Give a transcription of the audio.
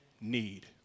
need